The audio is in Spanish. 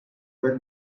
pues